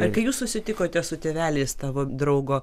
ar kai jūs susitikote su tėveliais tavo draugo